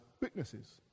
witnesses